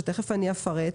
שתכף אני אפרט,